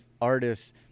artists